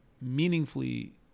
meaningfully